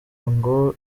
ngo